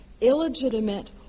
illegitimate